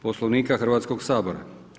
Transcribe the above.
Poslovnika Hrvatskoga sabora.